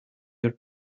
your